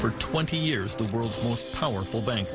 for twenty years the world's most powerful bank